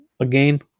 Again